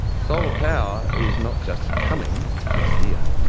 solar power is not just coming, it's here,